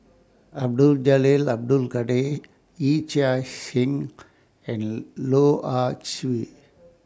Abdul Jalil Abdul Kadir Yee Chia Hsing and Loh Ah Chee